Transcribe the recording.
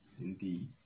Indeed